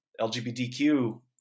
LGBTQ